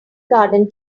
garden